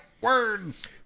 words